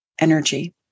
Energy